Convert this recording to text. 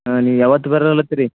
ಹಾಂ ನೀವು ಯಾವತ್ತು ಬರ್ಲಾಕ್ ಹತ್ತೀರಿ